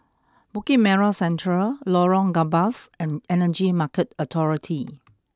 Bukit Merah Central Lorong Gambas and Energy Market Authority